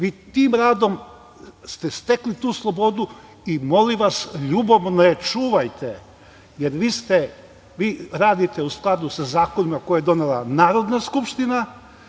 ste tim radom stekli tu slobodu i molim vas da je čuvate, jer vi radite u skladu sa zakonima koje je donela Narodna skupština.